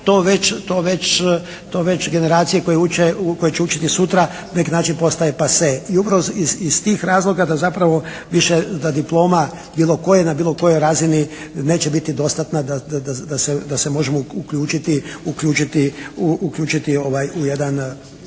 to već generacije koje uče, koje će učiti sutra na neki način postaje "pase". I upravo iz tih razloga da zapravo više, da diploma bilo koje, na bilo kojoj razini neće biti dostatna da se možemo uključiti u jedan